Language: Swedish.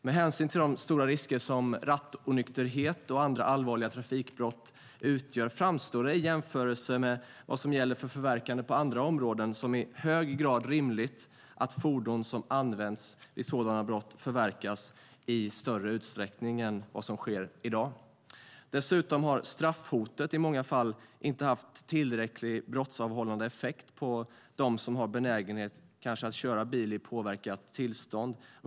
Med hänsyn till de stora risker som rattonykterhet och andra allvarliga trafikbrott utgör framstår det, i jämförelse med vad som gäller för förverkande på andra områden, som i hög grad rimligt att fordon som används vid sådana brott förverkas i större utsträckning än vad som sker i dag. Dessutom har straffhotet i många fall inte haft tillräcklig brottsavhållande effekt på dem som kanske har benägenhet att köra bil i påverkat tillstånd.